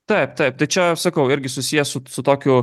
taip taip tai čia aš sakau irgi susiję su su tokiu